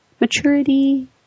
Maturity